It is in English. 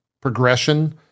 progression